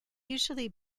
usually